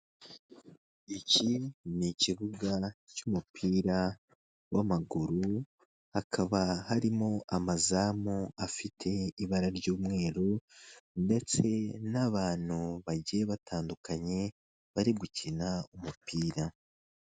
Iki ni ikibuga cy'umupira w'amaguru hakaba harimo amazamu afite ibara ry'umweru ndetse n'abantu bagiye batandukanye bari gukina umupira.